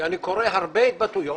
אני קורא הרבה התבטאויות